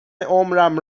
عمرم